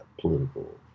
political